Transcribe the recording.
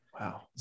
Wow